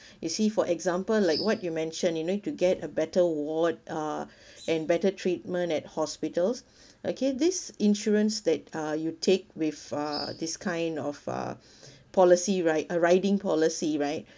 you see for example like what you mentioned you know to get a better ward uh and better treatment at hospitals okay this insurance that uh you take with uh this kind of uh policy right a riding policy right